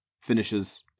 finishes